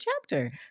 chapter